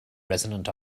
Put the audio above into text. resonant